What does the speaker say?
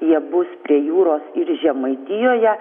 jie bus prie jūros ir žemaitijoje